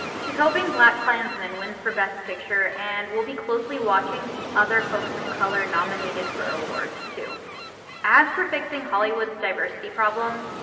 she's hoping blackkklansman wins for best picture and will be closely watching the other folks of color nominated for awards, too as for fixing hollywood's diversity problem,